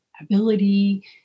ability